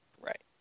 Right